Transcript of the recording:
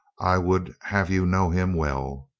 i would have you know him well.